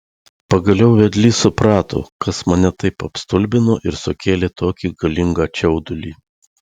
pagaliau vedlys suprato kas mane taip apstulbino ir sukėlė tokį galingą čiaudulį